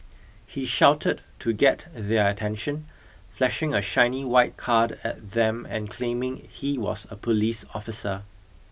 he shouted to get their attention flashing a shiny white card at them and claiming he was a police officer